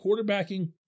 quarterbacking